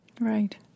Right